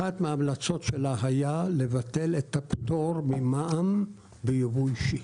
אחת מההמלצות שלה הייתה לבטל את הפטור ממע"מ בייבוא אישי.